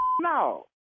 no